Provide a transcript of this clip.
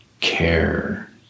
care